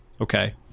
okay